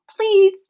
please